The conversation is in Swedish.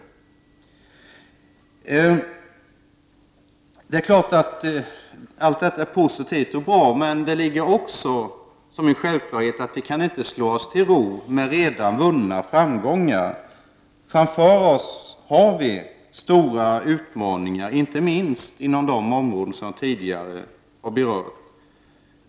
Allt detta är naturligtvis positivt och bra, men vi kan inte slå oss till ro med redan vunna framgångar. Framför oss har vi stora utmaningar, inte minst inom de områden som tidigare här har berörts.